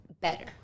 Better